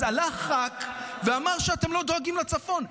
אז עלה ח"כ ואמר שאתם לא דואגים לצפון,